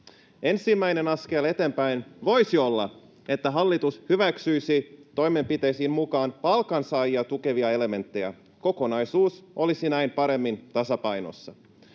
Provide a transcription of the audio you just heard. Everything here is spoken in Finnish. Ensimmäinen askel eteenpäin voisi olla, että hallitus hyväksyisi toimenpiteisiin mukaan palkansaajia tukevia elementtejä. Kokonaisuus olisi näin paremmin tasapainossa.